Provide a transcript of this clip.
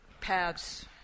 paths